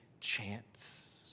chance